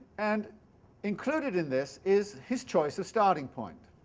and included in this is his choice of starting point.